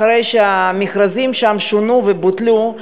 אחרי שהמכרזים שם שונו ובוטלו,